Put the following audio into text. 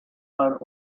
are